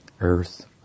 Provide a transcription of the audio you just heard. Earth